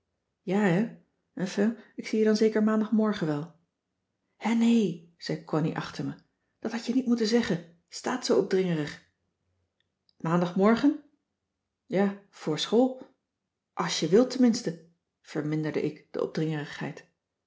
enfin ik zie je dan zeker maandagmorgen wel hè nee zei connie achter me dat had je niet moeten zeggen t staat zoo opdringerig maandagmorgen ja voor school als je wilt tenminste verminderde ik de opdringerigheid